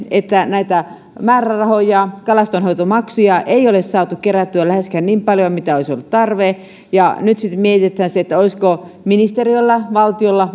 että näitä määrärahoja kalastonhoitomaksuja ei ole saatu kerättyä läheskään niin paljoa kuin mitä olisi ollut tarve nyt sitten mietitään olisiko ministeriöllä valtiolla